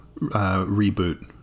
reboot